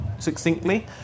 Succinctly